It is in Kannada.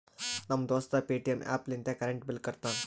ನಮ್ ದೋಸ್ತ ಪೇಟಿಎಂ ಆ್ಯಪ್ ಲಿಂತೆ ಕರೆಂಟ್ ಬಿಲ್ ಕಟ್ಟತಾನ್